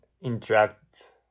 interact